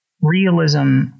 Realism